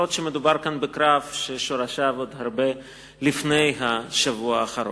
אף-על-פי שמדובר כאן בקרב ששורשיו עוד הרבה לפני השבוע האחרון.